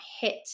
hit